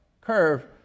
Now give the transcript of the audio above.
curve